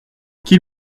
qu’il